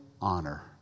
honor